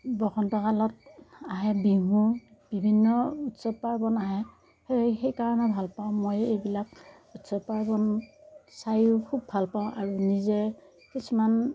বসন্তকালত আহে বিহু বিভিন্ন উৎসৱ পাৰ্বণ আহে সেই সেইকাৰণে ভালপাওঁ মই এইবিলাক উৎসৱ পাৰ্বণ চাইয়ো খুব ভালপাওঁ আৰু নিজে কিছুমান